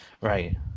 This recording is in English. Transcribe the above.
Right